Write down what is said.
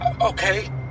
Okay